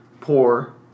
pour